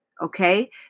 Okay